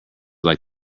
like